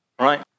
Right